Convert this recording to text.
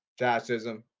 Jazzism